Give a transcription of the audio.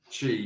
Chi